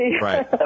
Right